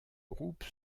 groupe